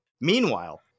Meanwhile